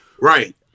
Right